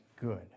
good